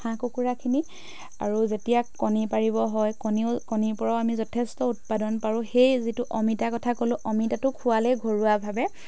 হাঁহ কুকুৰাখিনি আৰু যেতিয়া কণী পাৰিব হয় কণীও কণীৰ পৰাও আমি যথেষ্ট উৎপাদন পাৰোঁ সেই যিটো অমিতা কথা ক'লোঁ অমিতাটো খোৱালে ঘৰুৱাভাৱে